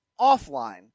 offline